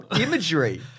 imagery